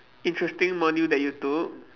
interesting module that you took